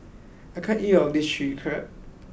I can't eat all of this Chilli Crab